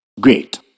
Great